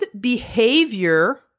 behavior